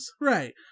Right